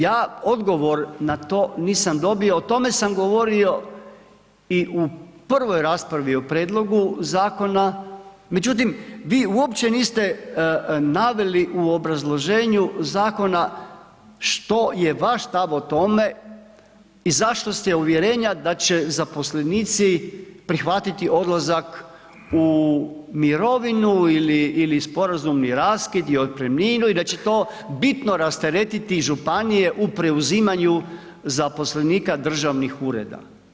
Ja odgovor na to nisam dobio, o tome sam govorio i u prvoj raspravu u prijedlogu zakona, međutim, vi uopće niste naveli u obrazloženju zakona što je vaš stav o tome i zašto ste uvjerenja da će zaposlenici prihvatiti odlazak u mirovinu ili sporazumni raskid i otpremninu i da će to bitno rasteretiti županije u preuzimanju zaposlenika državnih ureda.